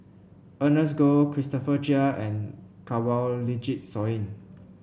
Ernest Goh Christopher Chia and Kanwaljit Soin